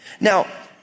Now